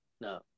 No